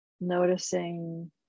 noticing